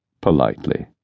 politely